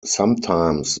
sometimes